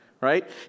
right